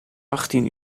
achttien